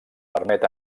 permet